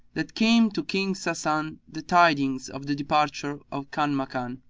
that came to king sasan the tidings of the departure of kanmakan,